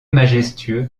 majestueux